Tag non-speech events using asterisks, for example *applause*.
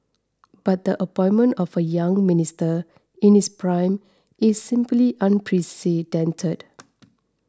but the appointment of a young Minister in his prime is simply unprecedented *noise*